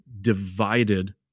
divided